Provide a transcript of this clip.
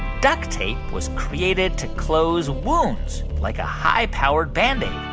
duct tape was created to close wounds like a high-powered band-aid?